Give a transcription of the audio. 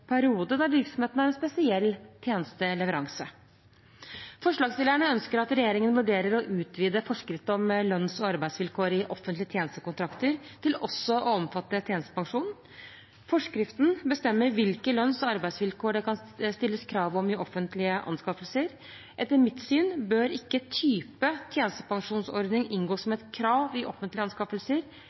periode da virksomheten har en spesiell tjenesteleveranse. Forslagsstillerne ønsker at regjeringen vurderer å utvide forskrift om lønns- og arbeidsvilkår i offentlige tjenestekontrakter til også å omfatte tjenestepensjon. Forskriften bestemmer hvilke lønns- og arbeidsvilkår det kan stilles krav om i offentlige anskaffelser. Etter mitt syn bør ikke type tjenestepensjonsordning inngå som et krav i offentlige anskaffelser.